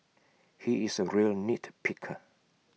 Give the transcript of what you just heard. he is A real nitpicker